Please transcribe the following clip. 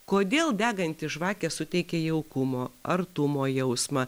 kodėl deganti žvakė suteikia jaukumo artumo jausmą